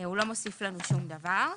הוא לא מוסיף לנו שום דבר.